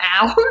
hours